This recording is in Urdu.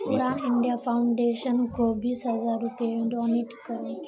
اڑان انڈیا فاؤنڈیشن کو بیس ہزار روپے ڈونیٹ کرو